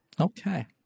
okay